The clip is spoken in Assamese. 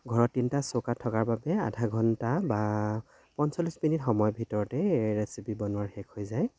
ঘৰত তিনিটা চৌকা থকাৰ বাবে আধা ঘণ্টা বা পঞ্চল্লিছ মিনিট সময় ভিতৰতেই ৰেচিপি বনোৱা শেষ হৈ যায়